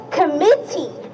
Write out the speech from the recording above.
committee